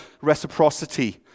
reciprocity